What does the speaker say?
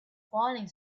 falling